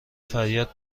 فریاد